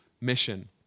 mission